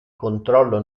controllo